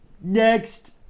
Next